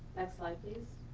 next slide, please.